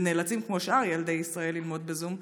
שנאלצים כמו שאר ילדי ישראל ללמוד בזום,